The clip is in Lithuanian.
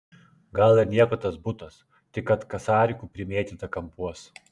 gal ir nieko tas butas tik kad kasarikų primėtyta kampuos